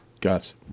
Gus